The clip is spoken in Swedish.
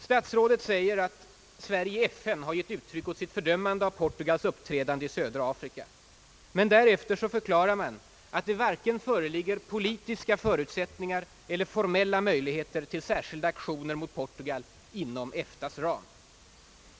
Statsrådet fru Myrdal säger, att Sverige i FN har gett uttryck åt sitt fördömande av Portugals uppträdande i södra Afrika. Men därefter förklarar man att det varken föreligger »politiska förutsättningar eller formella möjligheter» till särskilda aktioner mot Portugal inom EFTA:s ram.